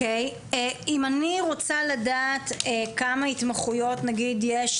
אם אני רוצה לדעת כמה התמחויות למשל יש